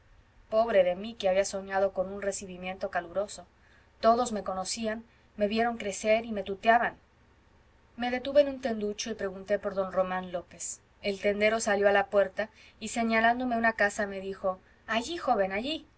pobre de mí que había soñado con un recibimiento caluroso todos me conocían me vieron crecer y me tuteaban me detuve en un tenducho y pregunté por don román lópez el tendero salió a la puerta y señalándome una casa me dijo allí joven allí